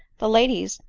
the ladies,